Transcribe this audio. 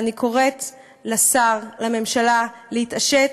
אני קוראת לשר, לממשלה, להתעשת,